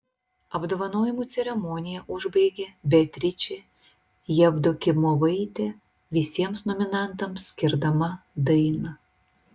apdovanojimų ceremoniją užbaigė beatričė jevdokimovaitė visiems nominantams skirdama dainą